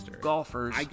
golfers